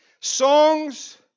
songs